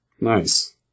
Nice